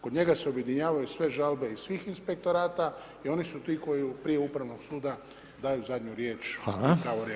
Kod njega se objedinjavanju sve žalbe iz svih inspektorata i oni su ti koji prije upravnog suda, daju zadnju riječ i pravorijek